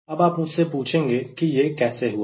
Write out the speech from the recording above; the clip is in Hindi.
अब आप मुझसे पूछेंगे कि यह कैसे हुआ